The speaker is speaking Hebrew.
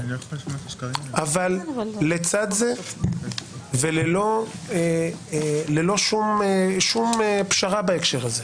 לצד זה, וללא שום פשרה בהקשר הזה,